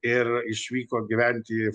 ir išvyko gyventi į